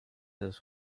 des